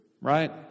right